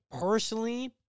personally